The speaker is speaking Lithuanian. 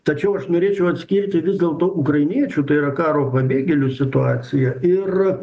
tačiau aš norėčiau atskirti vis dėlto ukrainiečių ir karo pabėgėlių situaciją ir